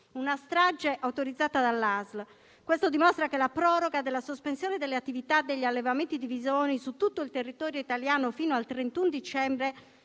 una strage autorizzata dalla ASL. Questo dimostra che la proroga della sospensione delle attività degli allevamenti di visoni su tutto il territorio italiano, disposta